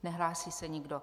Nehlásí se nikdo.